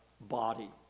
body